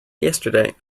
yesterday